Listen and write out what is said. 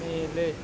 ಮೇಲೆ